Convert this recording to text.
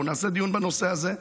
אנחנו נעשה דיון בנושא הזה.